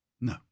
No